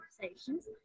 conversations